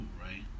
right